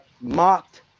mocked